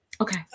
Okay